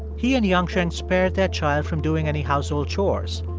he and yangcheng spared their child from doing any household chores.